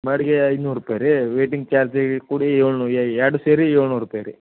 ಬಾಡಿಗೆ ಐನೂರು ರೂಪಾಯಿ ರೀ ವೇಟಿಂಗ್ ಚಾರ್ಜ ಕೂಡಿ ಯೋಳ್ನೋ ಎರಡೂ ಸೇರಿ ಏಳುನೂರು ರೂಪಾಯಿ ರೀ